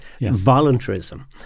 Voluntarism